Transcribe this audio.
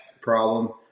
problem